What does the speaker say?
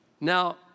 Now